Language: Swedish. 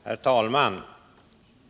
Herr talman!